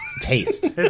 taste